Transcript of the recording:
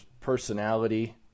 personality